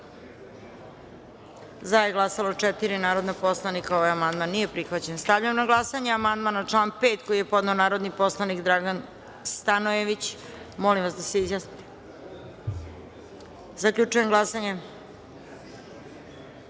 za je glasalo 10 narodnih poslanika. Ovaj amandman nije prihvaćen. Stavljam na glasanje amandman na član 7. koji je podneo narodni poslanik Dragan Stanojević. Molim vas da se izjasnite. Zaključujem glasanje: